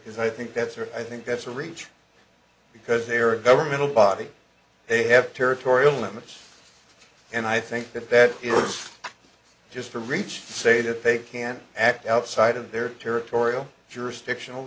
because i think that's right i think that's a reach because there are a governmental body they have territorial limits and i think that that is just a reach say that they can act outside of their territorial jurisdiction